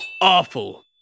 awful